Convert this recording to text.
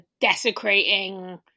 desecrating